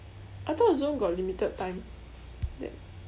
I thought zoom got limited time that